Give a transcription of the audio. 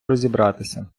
розібратися